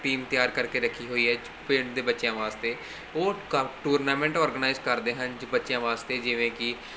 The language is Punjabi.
ਟੀਮ ਤਿਆਰ ਕਰਕੇ ਰੱਖੀ ਹੋਈ ਏ ਪਿੰਡ ਦੇ ਬੱਚਿਆਂ ਵਾਸਤੇ ਉਹ ਕ ਟੂਰਨਾਮੈਂਟ ਔਰਗਨਾਈਜ਼ ਕਰਦੇ ਹਨ ਬੱਚਿਆਂ ਵਾਸਤੇ ਜਿਵੇਂ ਕਿ